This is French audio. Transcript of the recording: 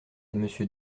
monsieur